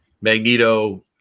Magneto